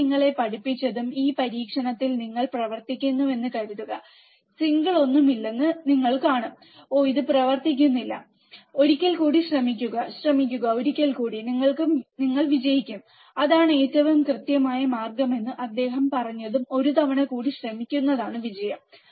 ഞാൻ നിങ്ങളെ പഠിപ്പിച്ചതും ഈ പരീക്ഷണത്തിൽ നിങ്ങൾ പ്രവർത്തിക്കുന്നുവെന്ന് കരുതുക സിംഗിൾ ഒന്നുമില്ലെന്ന് നിങ്ങൾ കാണും ഓ ഇത് പ്രവർത്തിക്കുന്നില്ല ഒരിക്കൽ കൂടി ശ്രമിക്കുക ശ്രമിക്കുക ഒരിക്കൽ കൂടി നിങ്ങൾ വിജയിക്കും അതാണ് ഏറ്റവും കൃത്യമായ മാർഗ്ഗം എന്ന് അദ്ദേഹം പറഞ്ഞതും ഒരു തവണ കൂടി ശ്രമിക്കുന്നതാണ് വിജയം